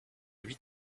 huit